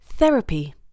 Therapy